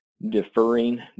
deferring